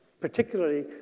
particularly